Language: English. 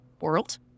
world